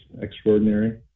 extraordinary